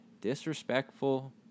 disrespectful